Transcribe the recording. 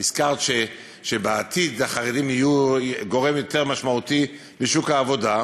הזכרת שבעתיד החרדים יהיו גורם יותר משמעותי בשוק העבודה.